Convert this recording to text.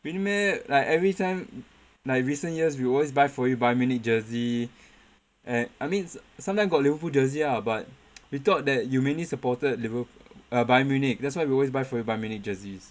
really meh like every time like recent years we always buy for you Bayern Munich jersey and I mean sometimes got Liverpool jersey lah but we thought that you mainly supported Liver~ err Bayern Munich that's why we always buy for you Bayern Munich jerseys